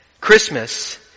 Christmas